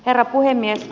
herra puhemies